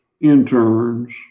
interns